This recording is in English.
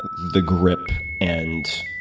the grip and